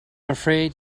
afraid